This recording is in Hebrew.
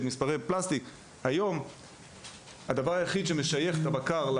אבל היום הדבר היחיד שמשייך את האדם לבקר,